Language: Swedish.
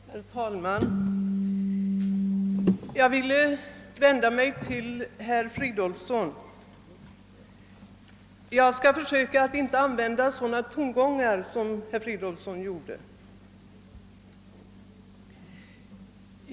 Herr talman! Jag vill vända mig till herr Fridolfsson i Stockholm. Jag skall försöka att inte använda sådana tongångar som han lät komma till uttryck.